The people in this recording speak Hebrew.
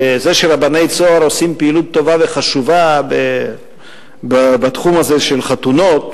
וזה שרבני "צהר" עושים פעילות טובה וחשובה בתחום הזה של חתונות,